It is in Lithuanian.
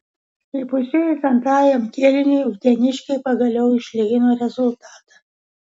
įpusėjus antrajam kėliniui uteniškiai pagaliau išlygino rezultatą